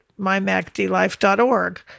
MyMacDLife.org